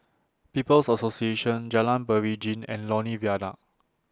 People's Association Jalan Beringin and Lornie Viaduct